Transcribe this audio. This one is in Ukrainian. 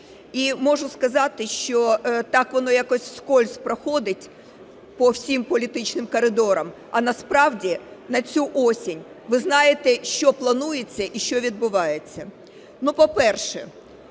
І можу сказати, що так воно якось вскользь проходить по всім політичним коридорам, а насправді, на цю осінь, ви знаєте, що планується і що відбувається. По-перше,